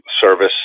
service